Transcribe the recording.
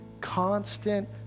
constant